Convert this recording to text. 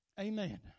Amen